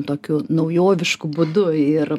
tokiu naujovišku būdu ir